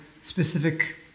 specific